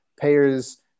Payers